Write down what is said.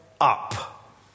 up